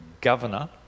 governor